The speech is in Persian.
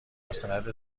مستند